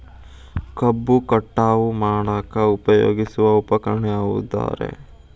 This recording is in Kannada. ಕಬ್ಬು ಕಟಾವು ಮಾಡಾಕ ಉಪಯೋಗಿಸುವ ಉಪಕರಣ ಯಾವುದರೇ?